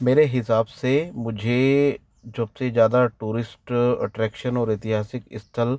मेरे हिसाब से मुझे सबसे ज़्यादा टूरिस्ट अट्रैक्शन और ऐतिहासिक स्थल